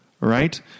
Right